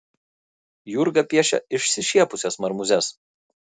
jurga piešia išsišiepusias marmūzes